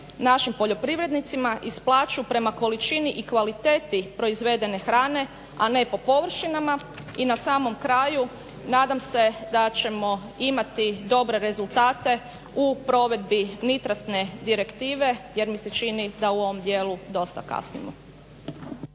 našim poljoprivrednicima isplaćuju prema količini i kvaliteti proizvedene hrane, a ne po površinama. I na samom kraju nadam se da ćemo imati dobre rezultate u provedbi nitratne direktive jer mi se čini da u ovom dijelu dosta kasnimo.